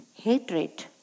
hatred